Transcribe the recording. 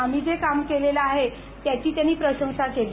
आम्ही जे काम केलेलं आहे त्याची त्यांनी प्रशंसा केली